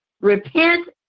repent